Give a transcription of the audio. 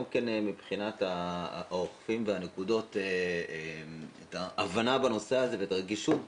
גם מבחינת האורחים והנקודות את ההבנה והרגישות בנושא,